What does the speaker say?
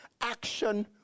action